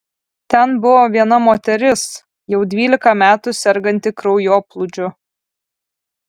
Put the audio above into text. ten buvo viena moteris jau dvylika metų serganti kraujoplūdžiu